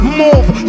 move